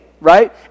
Right